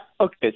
Okay